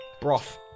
Broth